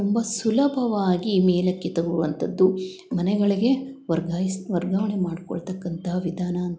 ತುಂಬ ಸುಲಭವಾಗಿ ಮೇಲಕ್ಕೆ ತರುವಂಥದ್ದು ಮನೆಯೊಳಗೆ ವರ್ಗಾಯಿಸಿ ವರ್ಗಾವಣೆ ಮಾಡಿಕೊಳ್ತಕ್ಕಂಥ ವಿಧಾನ ಅಂತಕ್ಕಂಥದ್ದು